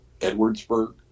Edwardsburg